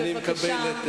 אני מקבל.